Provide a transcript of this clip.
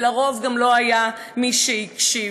ולרוב גם לא היה מי שיקשיב.